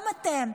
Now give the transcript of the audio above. גם אתם.